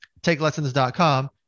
takelessons.com